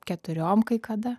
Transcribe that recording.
keturiom kai kada